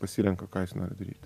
pasirenka ką nori daryti